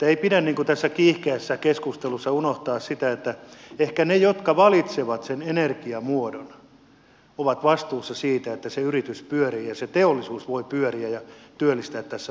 ei pidä tässä kiihkeässä keskustelussa unohtaa sitä että ehkä ne jotka valitsevat sen energiamuodon ovat vastuussa siitä että se yritys pyörii ja se teollisuus voi pyöriä ja työllistää tässä maassa